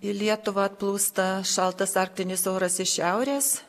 į lietuvą atplūsta šaltas arktinis oras iš šiaurės